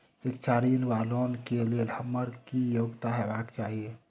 शिक्षा ऋण वा लोन केँ लेल हम्मर की योग्यता हेबाक चाहि?